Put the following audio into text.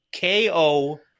KO